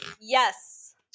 Yes